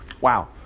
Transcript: Wow